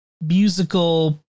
Musical